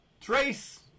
trace